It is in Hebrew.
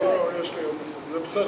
לא לא, יש לי עוד, זה בסדר.